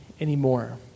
anymore